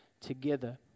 together